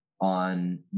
on